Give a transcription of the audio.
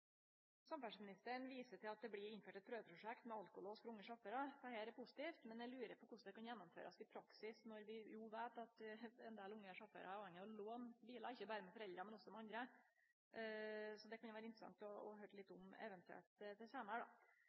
viser til at det blir innført eit prøveprosjekt med alkolås for unge sjåførar. Dette er positivt, men eg lurer på korleis dette kan gjennomførast i praksis når vi jo veit at ein del unge sjåførar ofte er avhengige av å låne bilar – ikkje berre av foreldre, men også av andre. Det kunne det vore interessant å høyre litt om, eventuelt